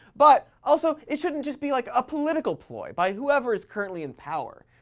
but, also, it shouldn't just be like a political ploy by whoever is currently in power.